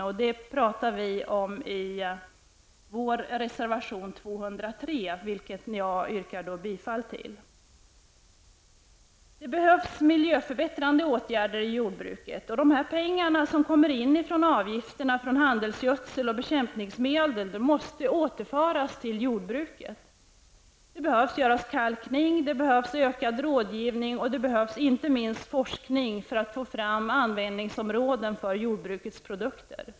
Detta behandlar vi i vår reservation 203, som jag yrkar bifall till. Det behövs miljöförbättrande åtgärder i jordbruket. De pengar som kommer in från avgifterna på handelsgödsel och bekämpningsmedel måste återföras till jordbruket. Det behöver göras kalkning, det behövs ökad rådgivning och inte minst behövs forskning för att vi skall få fram nya användningsområden för jordbruksprodukter.